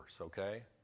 okay